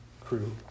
crew